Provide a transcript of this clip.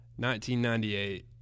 1998